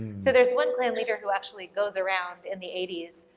so there's one klan leader who actually goes around in the eighty s,